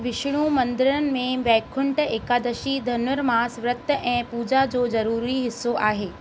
विष्णु मंदरनि में वैकुंठ एकादशी धनुरमास व्रत ऐं पूॼा जो ज़रूरी हिसो आहे